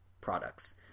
products